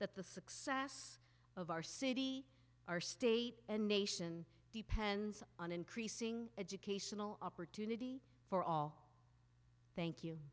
that the success of our city our state and nation depends on increasing educational opportunity for all thank you